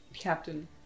Captain